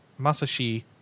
Masashi